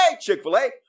Chick-fil-A